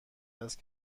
است